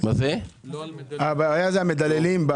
הבעיה זה המדללים.